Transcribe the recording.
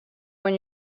when